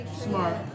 Smart